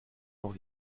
morts